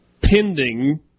Pending